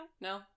No